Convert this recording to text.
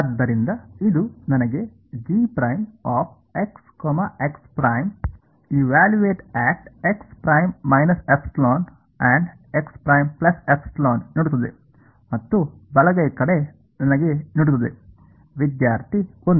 ಆದ್ದರಿಂದ ಇದು ನನಗೆ ನೀಡುತ್ತದೆ ಮತ್ತು ಬಲಗೈ ಕಡೆ ನನಗೆ ನೀಡುತ್ತದೆ ವಿದ್ಯಾರ್ಥಿ 1